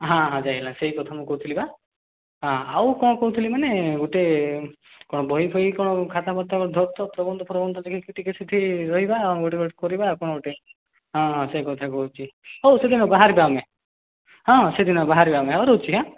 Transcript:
ହଁ ହଁ ଯାଇହେଲା ସେଇକଥା ମୁଁ କହୁଥିଲି ପା ହଁ ଆଉ କ'ଣ କହୁଥିଲି ମାନେ ଗୋଟେ କ'ଣ ବହି ଫହି କ'ଣ ଖାତା ପତର ଧରୁଥିବ ପ୍ରବନ୍ଧ ଫ୍ରବନ୍ଧ ଟିକେ ସେଠି ରହିବା ଆଉ ଟିକେ କରିବା କ'ଣ ଗୋଟେ ହଁ ହଁ ସେଇକଥା କହୁଛି ହଉ ସେଦିନ ବାହାରିବା ଆମେ ହଁ ସେଦିନ ବାହାରିବା ଆମେ ହଉ ରହୁଛି ଆଁ